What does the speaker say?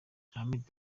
ahmed